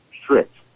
strict